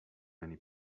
many